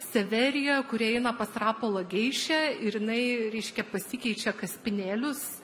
severija kuri eina pas rapolą geišę ir jinai reiškia pasikeičia kaspinėlius